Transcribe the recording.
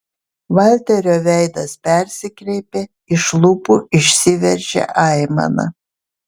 valterio veidas persikreipė iš lūpų išsiveržė aimana